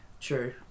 true